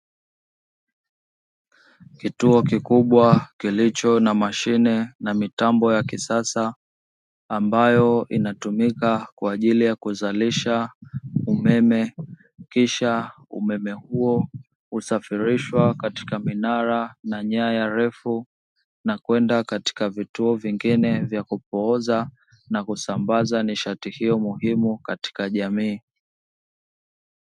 Kituo kikubwa kilicho na mashine na mitambo ya kisasa ambayo inatumika kwa ajili ya kuzalisha umeme, kisha umeme huo usafirishwa katika minara na nyaya refu na kwenda katika vituo vingine vya kupooza na kusambaza nishati hiyo muhimu katika jamii.